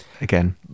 again